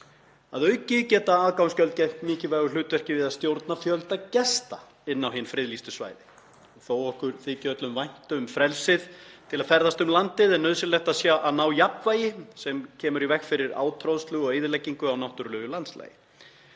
Að auki geta aðgangsgjöld gegnt mikilvægu hlutverki við að stjórna fjölda gesta inn á hin friðlýstu svæði. Þó að okkur þyki öllum vænt um frelsið til að ferðast um landið er nauðsynlegt að ná jafnvægi sem kemur í veg fyrir átroðslu og eyðileggingu á náttúrulegu landslagi.